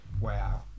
wow